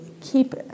keep